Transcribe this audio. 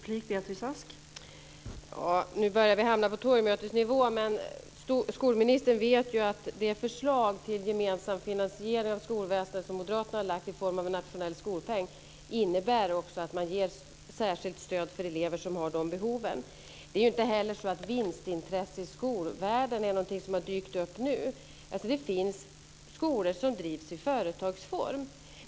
Fru talman! Nu börjar vi hamna på torgmötesnivå. Skolministern vet att det förslag till ett gemensamt finansierat skolväsende som Moderaterna har lagt fram i form av en nationell skolpeng också innebär att man ger särskilt stöd för elever som har sådana behov. Vinstintresse i skolvärlden är inte heller någonting som har dykt upp nu. Det finns skolor som drivs i företagsform.